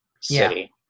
City